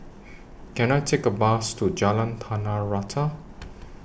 Can I Take A Bus to Jalan Tanah Rata